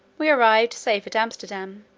we arrived safe at amsterdam,